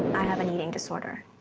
have an eating disorder.